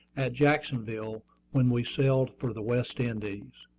at jacksonville when we sailed for the west indies.